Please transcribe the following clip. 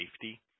safety